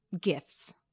gifts